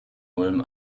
ulm